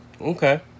Okay